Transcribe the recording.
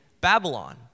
Babylon